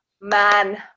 man